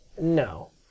No